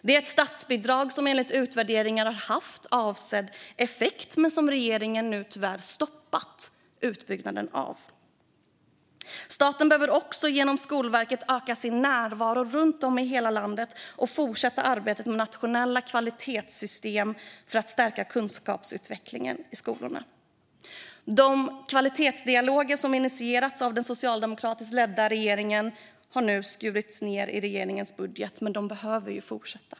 Det är ett statsbidrag som enligt utvärderingar har haft avsedd effekt men som regeringen tyvärr stoppat utbyggnaden av. Staten behöver också genom Skolverket öka sin närvaro runt om i landet och fortsätta arbetet med nationella kvalitetssystem för att stärka kunskapsutvecklingen i skolorna. De kvalitetsdialoger som initierades av den socialdemokratiskt ledda regeringen har skurits ned i den nuvarande regeringens budget, men de behöver fortsätta.